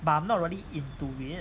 but I'm not really into it